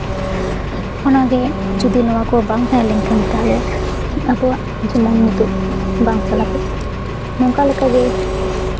ᱚᱱᱟᱜᱮ ᱡᱩᱫᱤ ᱱᱚᱣᱟ ᱠᱚ ᱵᱟᱝ ᱛᱟᱦᱮᱸ ᱞᱮᱱᱠᱷᱟᱱ ᱛᱟᱦᱚᱞᱮ ᱟᱵᱚᱣᱟᱜ ᱡᱮᱢᱚᱱ ᱱᱤᱛᱚᱜ ᱵᱟᱝ ᱪᱟᱞᱟᱣ ᱠᱚᱜ ᱠᱮᱭᱟ ᱱᱚᱝᱠᱟ ᱞᱮᱠᱟᱜᱮ